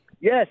Yes